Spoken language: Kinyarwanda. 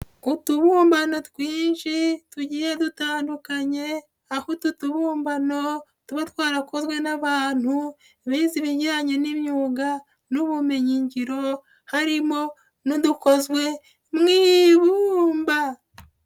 Utubummbano twinshi tugiye dutandukanye, aho utu tubumbano tuba twarakozwe n'abantu, bize ibjyanye n'imyuga n'ubumenyingiro, harimo n'udukozwe mu ibumba.